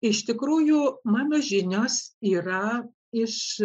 iš tikrųjų mano žinios yra iš